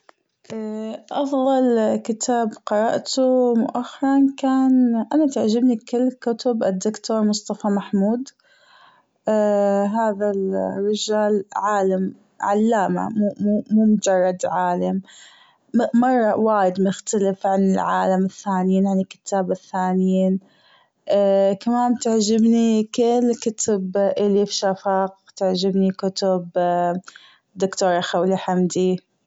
أفظل كتاب قرأته مؤخرا كان أنا تعجبني كل كتب الدكتور مصطفى محمود هذا الرجال عالم علامة مو مو مجرد عالم مرة وايد مختلف عن العالم الثانين عن الكتاب الثانين كمان تعجبني كل كتب أليف شافاق تعجبني كتب دكتورة خولة حمدي.